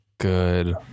Good